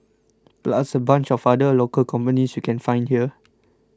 plus a bunch of other local companies you can find here